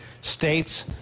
states